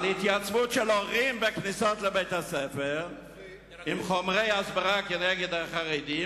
על התייצבות של הורים בכניסות לבית-הספר עם חומרי הסברה כנגד החרדים,